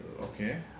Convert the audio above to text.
okay